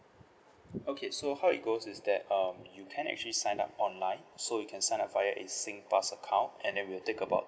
okay so how it goes is that um you can actually sign up online so you can sign up via a Singpass account and that will take about